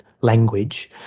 language